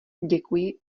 děkuji